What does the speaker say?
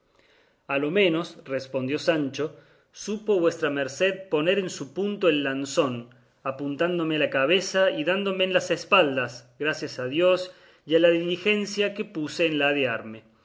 a lo menos respondió sancho supo vuestra merced poner en su punto el lanzón apuntándome a la cabeza y dándome en las espaldas gracias a dios y a la diligencia que puse en ladearme pero